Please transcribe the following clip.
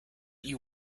you